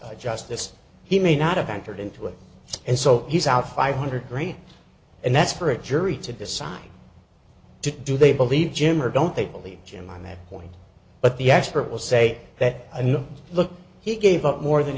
justice he may not have entered into it and so he's out five hundred great and that's for a jury to decide to do they believe him or don't they believe him on that point but the expert will say that i mean look he gave up more than